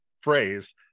phrase